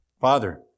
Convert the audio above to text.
Father